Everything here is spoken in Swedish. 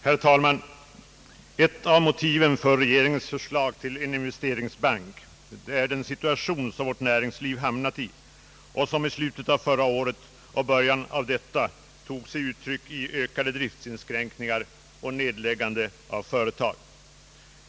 Herr talman! Ett av motiven för regeringens förslag till en investeringsbank är den situation som vårt näringsliv råkat i och som i slutet av förra året och början av detta tog sig uttryck i ökade driftsinskränkningar och nedläggande av företag.